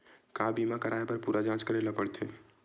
का बीमा कराए बर पूरा जांच करेला पड़थे?